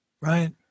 Right